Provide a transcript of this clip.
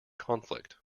conflict